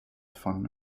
von